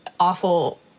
awful